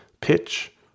pitch